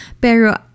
Pero